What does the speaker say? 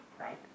right